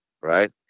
right